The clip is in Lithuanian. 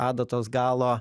adatos galo